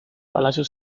palacio